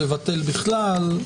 לבטל בכלל.